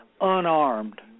unarmed